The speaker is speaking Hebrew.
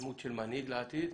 דמות של מנהיג לעתיד.